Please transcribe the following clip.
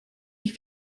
mich